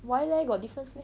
why leh got difference meh